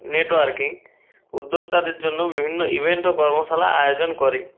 networking উদ্যোক্তাদের জন্য বিভিন্ন ইভেন্ট ও কর্মশালা আয়োজন করে